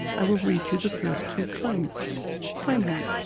i will read you the first two claims claim one.